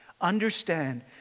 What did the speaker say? understand